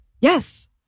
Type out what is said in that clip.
Yes